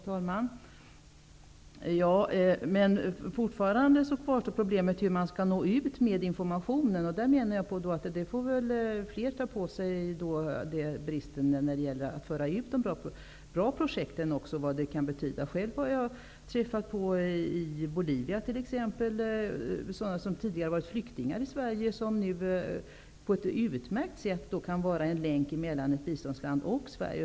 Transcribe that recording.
Herr talman! Men fortfarande kvarstår problemet hur informationen skall nå ut. Fler får ta på sig ansvaret för bristerna i att föra ut information om de bra projekten. Jag har själv träffat på personer i t.ex. Bolivia som tidigare har varit flyktingar i Sverige. De kan nu på ett utmärkt sätt utgöra en länk mellan ett biståndsland och Sverige.